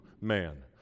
man